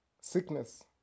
sickness